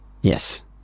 Yes